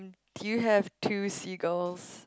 do you have two seagulls